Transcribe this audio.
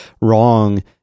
wrong